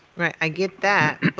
i get that, but,